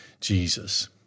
Jesus